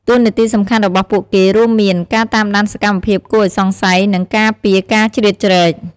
តួនាទីសំខាន់របស់ពួកគេរួមមាន ការតាមដានសកម្មភាពគួរឱ្យសង្ស័យ និងការពារការជ្រៀតជ្រែក។